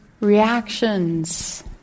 Reactions